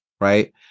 right